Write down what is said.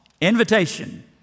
invitation